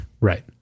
right